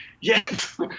yes